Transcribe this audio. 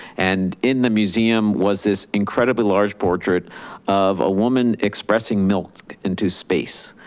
and in the museum was this incredibly large portrait of a woman expressing milk into space.